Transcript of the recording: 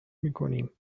میکنیم